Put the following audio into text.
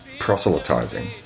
proselytizing